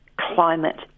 climate